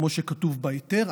כמו שכתוב בהיתר,